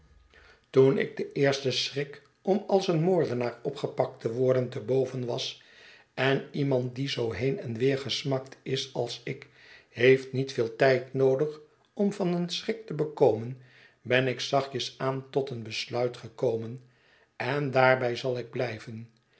toen ik den eersten schrik om als een moordenaar opgepakt te worden te boven was en iemand die zoo heen en weer gesmakt is als ik heeft niet veel tijd noodig om van een schrik te bekomen ben ik zachtjes aan tot een besluit gekomen en daarbij zal ik blijven